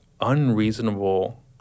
unreasonable